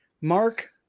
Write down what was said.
Mark